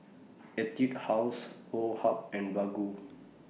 Etude House Woh Hup and Baggu